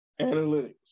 Analytics